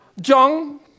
John